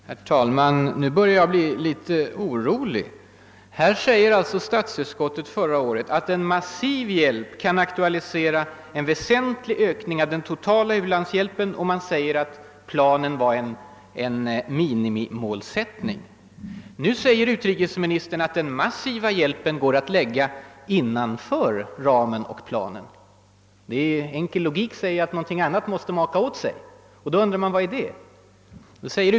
Herr talman! Nu börjar jag bli litet orolig. Statsutskottet sade förra året, att »ett massivt bistånd» kunde aktualisera »en väsentlig ökning av det totala svenska u-landsbiståndet» och att planen var en »minimimålsättning». Nu menar utrikesministern, att den massiva hjälpen går att lägga innanför ramen och planen. Enkel logik säger då att någonting annat måste maka åt sig. Jag undrar vad det är.